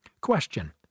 Question